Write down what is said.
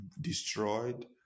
destroyed